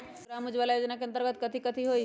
ग्राम उजाला योजना के अंतर्गत कथी कथी होई?